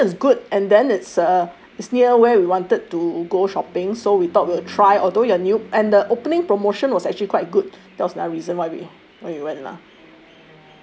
ya the location is good and then it's uh it's near where we wanted to go shopping so we thought we'll try although you are new and the opening promotion was actually quite good that was one reason why we why we went lah